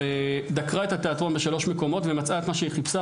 דקרה את התיאטרון בשלושה מקומות ומצאה את מה שהיא חיפשה,